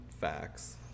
facts